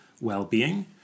well-being